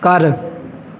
ਘਰ